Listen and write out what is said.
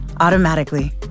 automatically